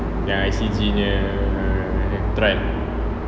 yang I_C_G nya trial